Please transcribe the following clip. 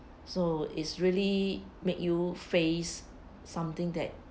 so is really make you face something that